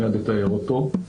מייד אתאר אותו.